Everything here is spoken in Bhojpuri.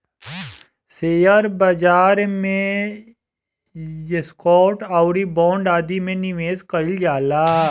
शेयर बाजार में स्टॉक आउरी बांड आदि में निबेश कईल जाला